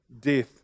death